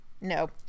no